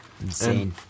Insane